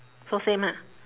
so same ah